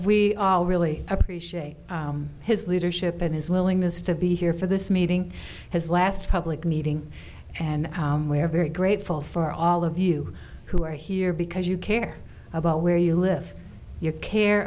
we all really appreciate his leadership and his willingness to be here for this meeting his last public meeting and we are very grateful for all of you who are here because you care about where you live your care